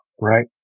right